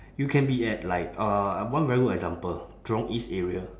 you can be at like uh one very good example jurong east area